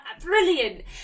brilliant